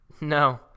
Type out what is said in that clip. No